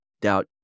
doubt